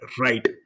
right